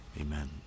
Amen